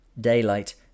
Daylight